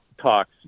talks